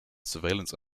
surveillance